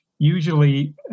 Usually